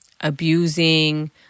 abusing